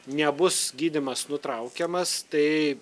nebus gydymas nutraukiamas tai